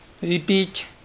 Repeat